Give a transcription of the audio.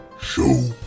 Show